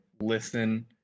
listen